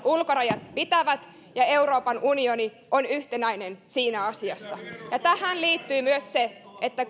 ulkorajat pitävät ja euroopan unioni on yhtenäinen siinä asiassa tähän liittyy myös se että